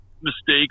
mistakes